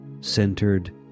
centered